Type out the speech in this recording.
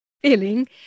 feeling